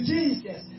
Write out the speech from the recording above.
Jesus